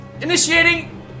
INITIATING